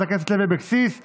לוועדת העבודה והרווחה נתקבלה.